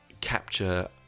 capture